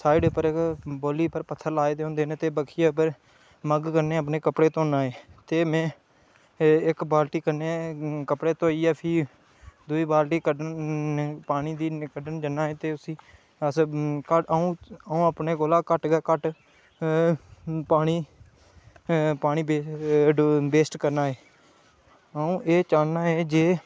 side पर इक्क बौली पर पत्थर लाए दे होंदे न पर बक्खियै पर मग्ग कन्नै अपने कपड़े धोन्नां होर में इक्क बाल्टी कन्नै कपड़े धोइयै फ्ही दूई बाल्टी कड्ढने पानी दी कड्ढन ज'न्नां उसी अस अं'ऊ अपने कोला घट्ट गै घट्ट पानी पानी वेस्ट करना ऐ अं'ऊ एह् चाह्न्नां जे